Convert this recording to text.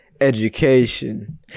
Education